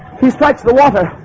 he strikes the water